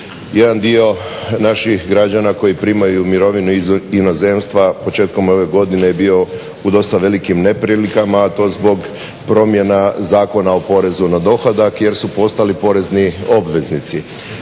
jedan dio naših građana koji primaju mirovinu iz inozemstva početkom ove godine je bio u dosta velikim neprilikama, a to zbog promjena Zakona o porezu na dohodak jer su postali porezni obveznici.